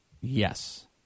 Yes